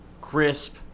Crisp